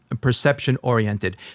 perception-oriented